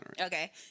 Okay